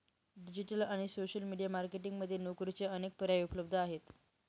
digital आणि social media marketing मध्ये नोकरीचे अनेक पर्याय उपलब्ध आहेत